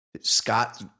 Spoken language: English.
Scott